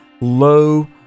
low